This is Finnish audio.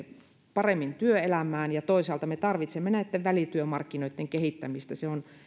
paremmin työelämään ja toisaalta me tarvitsemme välityömarkkinoitten kehittämistä se on